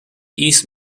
east